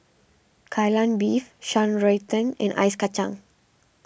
Kai Lan Beef Shan Rui Tang and Ice Kachang